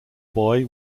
boy